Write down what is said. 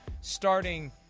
starting